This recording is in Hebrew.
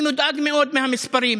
אני מודאג מאוד מהמספרים